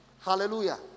Hallelujah